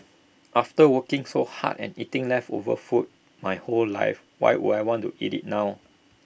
after working so hard and eating leftover food my whole life why would I want to eat IT now